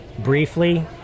Briefly